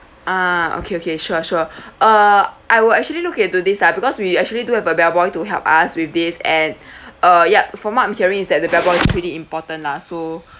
ah okay okay sure sure err I will actually look into this lah because we actually do have a bellboy to help us with this and uh yup from what I'm hearing is that the bellboy is pretty important lah so